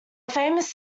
famous